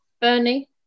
Bernie